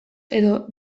edo